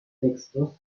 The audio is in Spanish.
textos